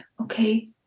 okay